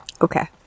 Okay